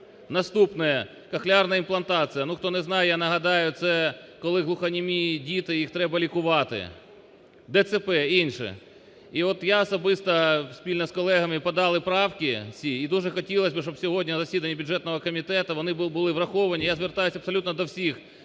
Наступне – кохлеарна імплантація. Хто не знає, я нагадаю, це коли глухонімі діти, їх треба лікувати, ДЦП і інше. І от я особисто, спільно з колегами подали правки всі, і дуже хотілось би, щоби сьогодні на засіданні бюджетного комітету вони були враховані. Я звертаюся абсолютно до всіх